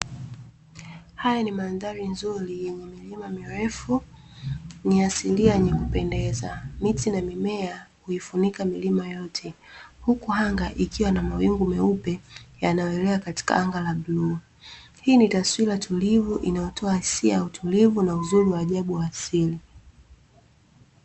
Haya ni mandhari nzuri yenye milima mirefu ni asilia yenye kupendeza miti na mimea huifunika milima yote, huku anga likiwa na mawingu meupe yanayoelea kwenye anga la bluu. Hii ni taswira tulivu inayotoa hisia ya utulivu na uzuri wa ajabu wa asili.